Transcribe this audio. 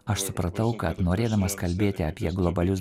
aš supratau kad norėdamas kalbėti apie globalius